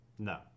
No